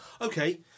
Okay